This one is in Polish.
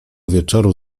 wieczoru